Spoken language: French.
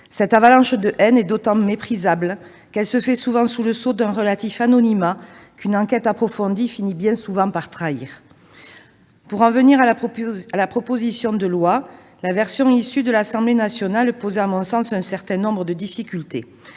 Cette avalanche de haine est d'autant plus méprisable qu'elle se fait souvent sous le sceau d'un relatif anonymat, qu'une enquête approfondie finit bien souvent par trahir. Pour en venir à la proposition de loi, la version issue des travaux de l'Assemblée nationale posait à mon sens un certain nombre de difficultés.